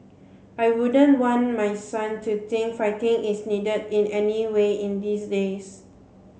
I wouldn't want my son to think fighting is needed in any way in these days